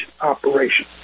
operation